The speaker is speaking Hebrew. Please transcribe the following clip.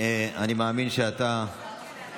אני מאמין שאתה